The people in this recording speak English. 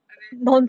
ah then